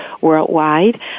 worldwide